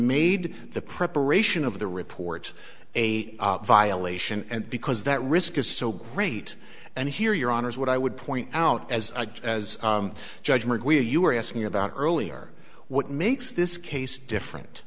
made the preparation of the report a violation and because that risk is so great and here your honor is what i would point out as a as a judgment where you are asking about earlier what makes this case different